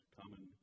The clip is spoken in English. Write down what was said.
common